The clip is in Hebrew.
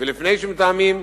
לפני שמתאמים,